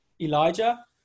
Elijah